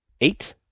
Eight